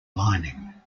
lining